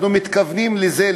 אנחנו מתכוונים לזה,